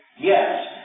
Yes